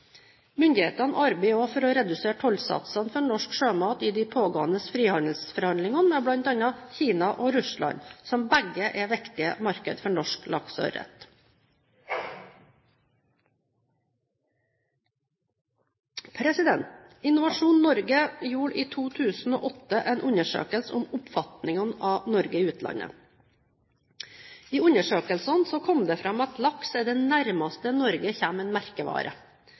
Myndighetene arbeider også for å redusere tollsatsene for norsk sjømat i de pågående frihandelsforhandlinger med bl.a. Kina og Russland, som begge er viktige markeder for norsk laks og ørret. Innovasjon Norge gjorde i 2008 en undersøkelse om oppfatningene av Norge i utlandet. I undersøkelsen kom det fram at laks er det nærmeste Norge kommer en merkevare.